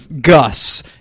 Gus